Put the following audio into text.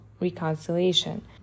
reconciliation